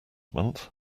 month